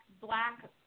black